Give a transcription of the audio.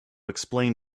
explain